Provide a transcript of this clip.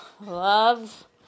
love